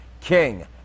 King